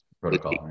protocol